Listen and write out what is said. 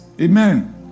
Amen